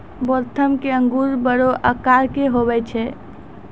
Waltham के अंगूर बड़ो आकार के हुवै छै